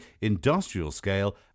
industrial-scale